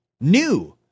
New